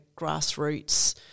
grassroots